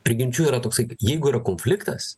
prigimčių yra toksai jeigu yra konfliktas